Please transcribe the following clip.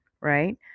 right